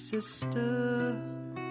Sister